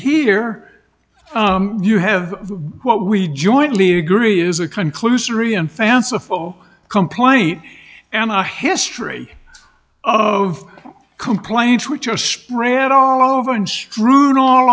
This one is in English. here you have what we jointly agree is a conclusory and fanciful complaint and a history of complaints which are spread all over and strewn all